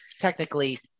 technically